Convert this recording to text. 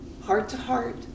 heart-to-heart